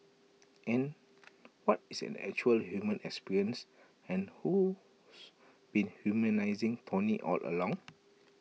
and what is an actual human experience and who's been humanising tony all along